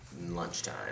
lunchtime